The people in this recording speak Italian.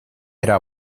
era